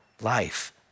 life